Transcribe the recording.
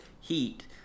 heat